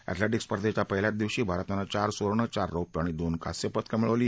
athletics स्पर्धेच्या पहिल्याच दिवशी भारतानं चार सुवर्ण चार रोप्य आणि दोन कांस्य पदक पटकावली